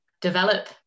develop